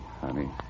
honey